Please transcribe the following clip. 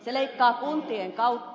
se leikkaa kuntien kautta